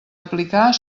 aplicar